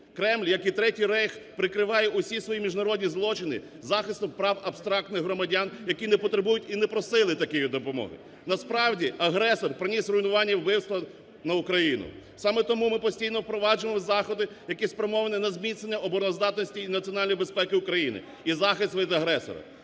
Кремль, як і Третій Рейх прикриває всі свої міжнародні злочини захистом прав абстрактних громадян, які не потребують і не просили такої допомоги. Насправді агресор приніс руйнування й вбивства на Україну. Саме тому ми постійно впроваджуємо заходи, які спрямовані на зміцнення обороноздатності і національної безпеки України і захист від агресора.